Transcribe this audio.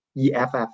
EFF